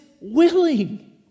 willing